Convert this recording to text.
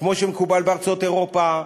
כמו שמקובל בארצות אירופה,